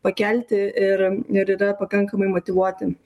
pakelti ir ir yra pakankamai motyvuoti